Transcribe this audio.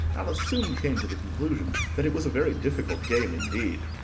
alice soon came to the conclusion that it was a very difficult game indeed.